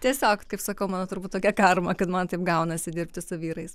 tiesiog kaip sakau mano turbūt tokia karma kad man taip gaunasi dirbti su vyrais